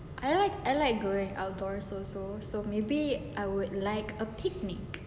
I like I like going outdoor so so so maybe I would like a picnic